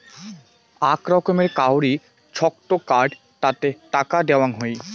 আক রকমের কাউরি ছক্ত কার্ড তাতে টাকা দেওয়াং হই